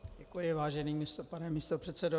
Děkuji, vážený pane místopředsedo.